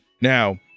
now